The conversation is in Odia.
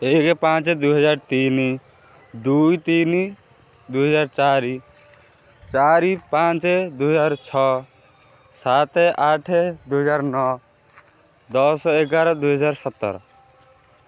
ଏକ ପାଞ୍ଚ ଦୁଇ ହଜାର ତିନି ଦୁଇ ତିନି ଦୁଇ ହଜାର ଚାରି ଚାରି ପାଞ୍ଚ ଦୁଇ ହଜାର ଛଅ ସାତ ଆଠ ଦୁଇ ହଜାର ନଅ ଦଶ ଏଗାର ଦୁଇ ହଜାର ସତର